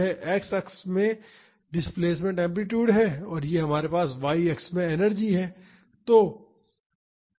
तो यह x अक्ष में डिस्प्लेसमेंट एम्पलीटूड है और हमारे पास y अक्ष में एनर्जी है